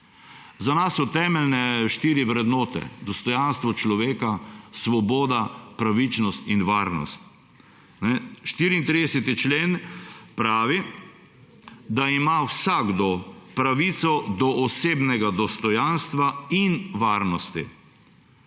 Za nas so temeljne štiri vrednote: dostojanstvo človeka, svoboda, pravičnost in varnost. 34. člen pravi, da ima vsakdo pravico do osebnega dostojanstva in varnosti.